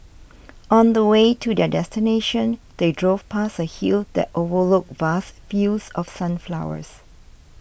on the way to their destination they drove past a hill that overlooked vast fields of sunflowers